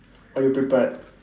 are you prepared